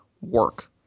work